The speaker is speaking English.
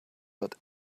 that